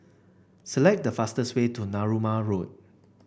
select the fastest way to Narooma Road